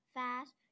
fast